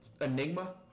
Enigma